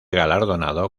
galardonado